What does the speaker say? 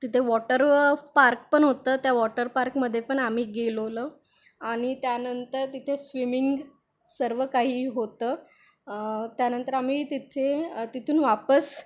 तिथे water park पण होतं त्या वॉटर पार्कमध्ये पण आम्ही गेलेलो आणि त्यानंतर तिथे स्विमिंग सर्व काही होतं त्यानंतर आम्ही तिथे तिथून वापस